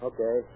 Okay